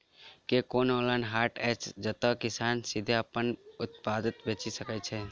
की कोनो ऑनलाइन हाट अछि जतह किसान सीधे अप्पन उत्पाद बेचि सके छै?